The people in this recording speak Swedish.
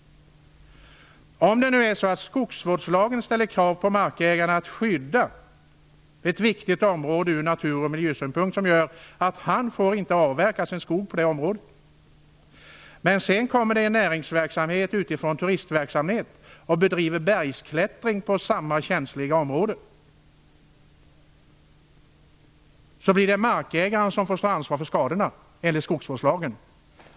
Skogvårdslagen ställer krav på markägaren att skydda ett viktigt område ur natur och miljösynpunkt som gör att han inte får avverka sin skog på det området. Sedan kommer en näringsverksamhet utifrån, turismverksamhet, och bedriver bergsklättring på samma känsliga område. Då är det enligt skogsvårdslagen markägaren som får stå ansvaret för skadorna.